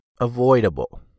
avoidable